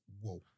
Whoa